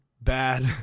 bad